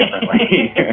differently